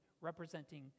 representing